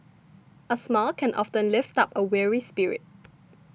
a smile can often lift up a weary spirit